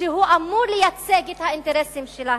שהוא אמור לייצג את האינטרסים שלהם.